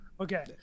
Okay